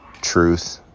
truth